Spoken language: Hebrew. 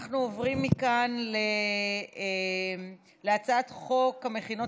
אנחנו עוברים מכאן להצעת חוק המכינות